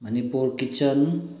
Manipur kitchen